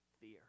Fear